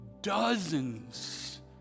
dozens